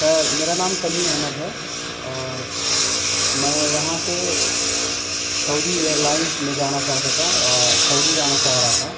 سر میرا نام کلیم احمد ہے اور میں یہاں سے سعودی ایئر لائنس میں جانا چاہتا تھا اور سعودی جانا چاہ رہا تھا